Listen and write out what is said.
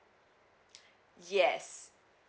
yes